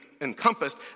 encompassed